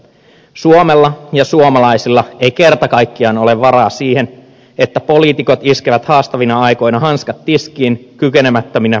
suomella ja suomalaisilla ei kerta kaikkiaan ole varaa siihen että poliitikot iskevät haastavina aikoina hanskat tiskiin kykenemättöminä päätöksentekoon